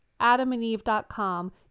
adamandeve.com